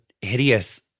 hideous